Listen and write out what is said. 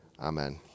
Amen